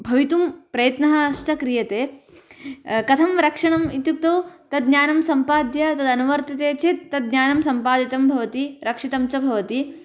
भवितुं प्रयत्नश्च क्रियते कथं रक्षणम् इत्युक्तौ तद् ज्ञानं सम्पाद्य तदनुवर्तते चेत् तद् ज्ञानं सम्पादितं भवति रक्षितं च भवति